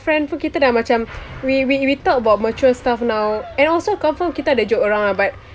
friend pun kita dah macam we we we talk about mature stuff now and also confirm kita ada joke around but